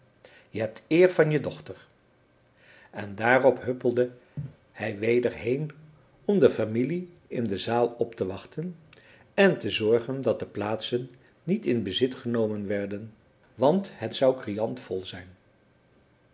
je hebt eer van je dochter en daarop huppelde hij weder heen om de familie in de zaal op te wachten en te zorgen dat de plaatsen niet in bezit genomen werden want het zou criant vol zijn